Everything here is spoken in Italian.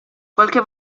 qualche